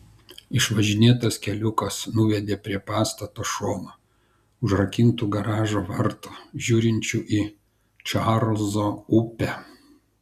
išvažinėtas keliukas nuvedė prie pastato šono užrakintų garažo vartų žiūrinčių į čarlzo upę